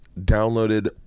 downloaded